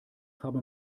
farbe